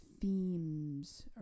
themes